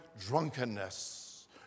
drunkenness